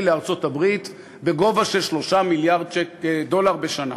לארצות-הברית בגובה של 3 מיליארד דולר בשנה?